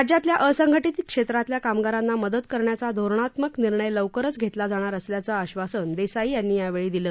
राज्यातल्या असंघर्डिजे क्षेत्रातल्या कामगारांना मदत करण्याचा धोरणात्मक निर्णय लवकरच घेतला जाणार असल्याचं आधासन देसाई यांनी यावेळी दिलं